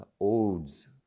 odes